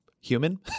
human